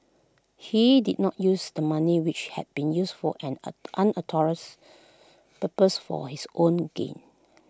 he did not use the money which had been used for an an unauthorised purpose for his own gain